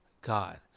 God